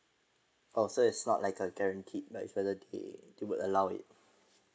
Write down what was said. oh so it's not like a guaranteed whether they they would allow it